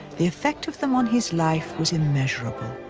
the effect of them on his life was immeasurable.